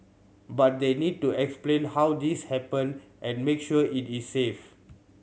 but they need to explain how this happened and make sure it is safe